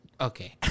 Okay